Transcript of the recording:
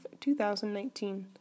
2019